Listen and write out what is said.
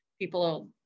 people